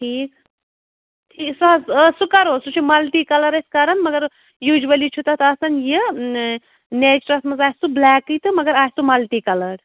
ٹھیٖک ٹھیٖک سُہ حظ سُہ کَرو سُہ چھُ مَلٹی کَلَر أسۍ کَران مگر یوٗجؤلی چھُ تَتھ آسان یہِ نیچرَس منٛز آسہِ سُہ بُلیکٕے تہٕ مگر آسہِ سُہ مَلٹی کَلَر